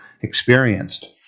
experienced